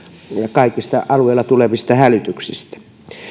kaikista alueella tulevista hälytyksistä